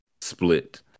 split